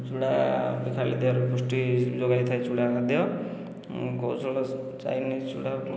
ଚୁଡ଼ା ଖାଇଲେ ଦେହରେ ପୃଷ୍ଟି ଯୋଗାଇଥାଏ ଚୁଡ଼ା ମଧ୍ୟ ଚୁଡ଼ା